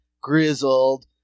grizzled